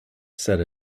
said